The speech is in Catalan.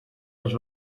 dels